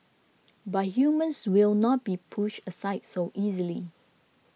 but humans will not be pushed aside so easily